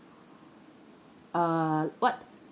uh what